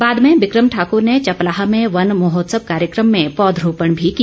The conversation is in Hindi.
बाद में विक्रम ठाकूर ने चपलाह में वन महोत्सव कार्यक्रम में पौधरोपण भी किया